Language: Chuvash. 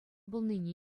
пулнине